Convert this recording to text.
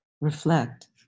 reflect